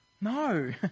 No